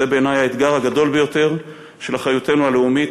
זה בעיני האתגר הגדול ביותר של אחריותנו הלאומית,